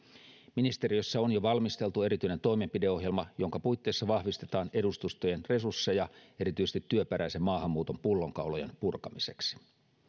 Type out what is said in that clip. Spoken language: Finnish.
ministeriössä on jo valmisteltu erityinen toimenpideohjelma jonka puitteissa vahvistetaan edustustojen resursseja erityisesti työperäisen maahanmuuton pullonkaulojen purkamiseksi